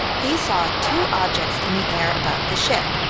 he saw two objects in the air above the ship.